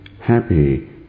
happy